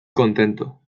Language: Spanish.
contento